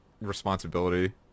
responsibility